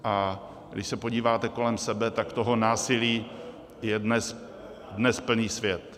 A když se podíváte kolem sebe, tak toho násilí je dnes plný svět.